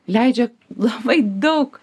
leidžia labai daug